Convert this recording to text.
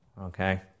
Okay